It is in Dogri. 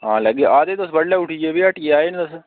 औन लगे आएदे तुस बडलै भी उठी गे भी हट्टिया आए निं तुस